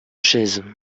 chaise